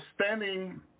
standing